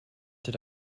did